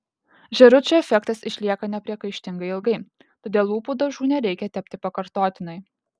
žėručių efektas išlieka nepriekaištingai ilgai todėl lūpų dažų nereikia tepti pakartotinai